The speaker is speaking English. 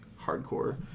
hardcore